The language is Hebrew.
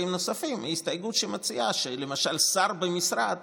נוספים היא הסתייגות שמציעה שלמשל שר במשרד